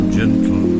gentle